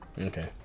okay